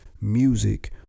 Music